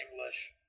English